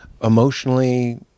emotionally